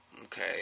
Okay